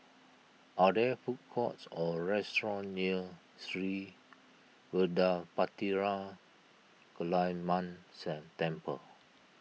are there food courts or restaurants near Sri Vadapathira Kaliamman set Temple